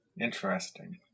Interesting